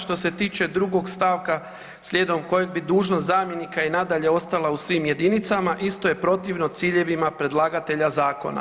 Što se tiče drugog stavka slijedom kojeg bi dužnost zamjenika i nadalje ostala u svim jedinicama isto je protivno ciljevima predlagatelja zakona.